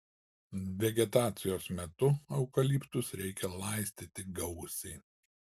vegetacijos metu eukaliptus reikia laistyti gausiai